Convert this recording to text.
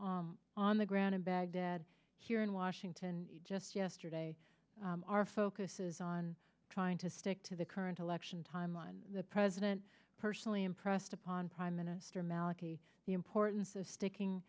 now on the ground in baghdad here in washington just yesterday our focus is on trying to stick to the current election timeline the president personally impressed upon prime minister maliki the importance of sticking